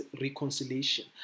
reconciliation